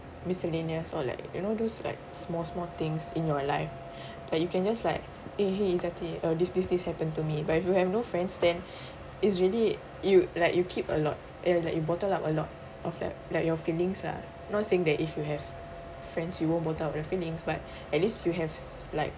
miscellaneous or like you know those like small small things in your life like you can just like !hey! !hey! ezati uh this this this happened to me but if you have no friends then it's really you like you keep a lot ya like you bottle up a lot of like like your feelings lah not saying that if you have friends you won't bottle up your feelings but at least you have like